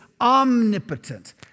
omnipotent